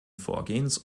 vorgehens